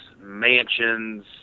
mansions